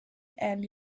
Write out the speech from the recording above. and